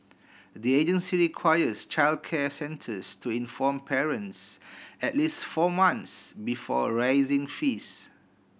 the agency requires childcare centres to inform parents at least four months before raising fees